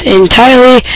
entirely